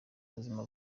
ubuzima